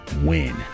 win